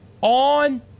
on